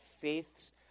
faiths